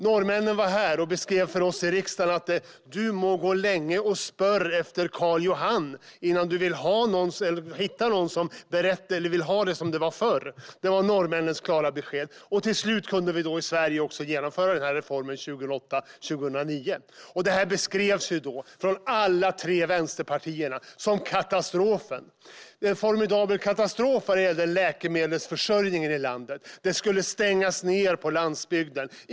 Norrmännen var här i riksdagen och beskrev för oss att man måste gå länge på Karl Johans gate och fråga innan man hittar någon som vill ha det som det var förr. Det var norrmännens klara besked. Till slut kunde vi också i Sverige genomföra denna reform 2008-2009. Detta beskrevs då från alla tre vänsterpartier som katastrofen. Det var en formidabel katastrof när det gällde läkemedelsförsörjningen i landet. Apotek på landsbygden skulle stängas ned.